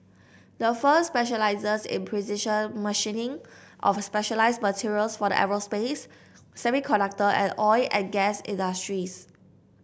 the firm specializes in precision machining of specialized materials for the aerospace semiconductor and oil and gas industries